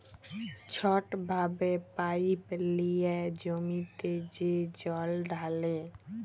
ছট ভাবে পাইপ লিঁয়ে জমিতে যে জল ঢালে